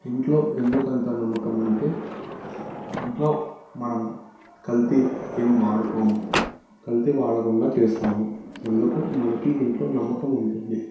ఇంట్లో ఎందుకు అంత నమ్మకం అంటే ఇంట్లో మనము కల్తీ ఏం వాడుకోము కల్తీ వాడకుండా చేస్తాము అందుకు మనకు ఇంట్లో నమ్మకం ఉంటుంది